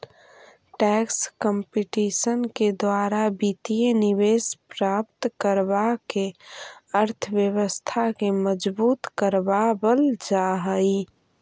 tax competition के द्वारा वित्तीय निवेश प्राप्त करवा के अर्थव्यवस्था के मजबूत करवा वल जा हई